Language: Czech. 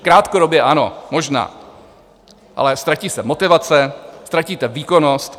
Krátkodobě ano, možná, ale ztratí se motivace, ztratíte výkonnost.